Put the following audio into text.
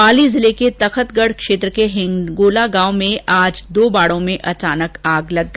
पाली जिले के तखतगढ़ क्षेत्र के हिंगोला गांव में आज दो बाड़ों में अचानक आग लग गई